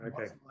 okay